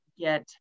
get